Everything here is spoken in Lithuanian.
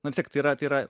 na vis tiek tai yra tai yra